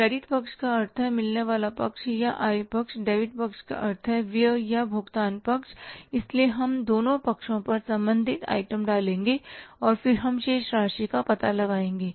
credit पक्ष का अर्थ है मिलने वाला पक्ष या आय पक्ष डेबिट पक्ष का अर्थ है व्यय पक्ष या भुगतान पक्ष इसलिए हम दोनों पक्षों पर संबंधित आइटम डालेंगे और फिर हम शेष राशि का पता लगाएंगे